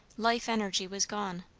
life energy was gone.